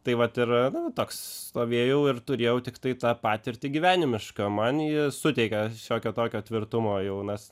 tai vat yra na toks stovėjau ir turėjau tiktai tą patirtį gyvenimišką man ji suteikia šiokio tokio tvirtumo jaunas